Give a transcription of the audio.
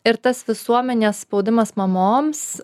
ir tas visuomenės spaudimas mamoms